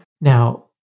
Now